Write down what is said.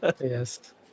Yes